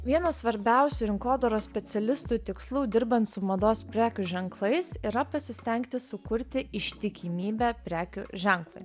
vienas svarbiausių rinkodaros specialistų tikslų dirbant su mados prekių ženklais yra pasistengti sukurti ištikimybę prekių ženklui